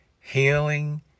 Healing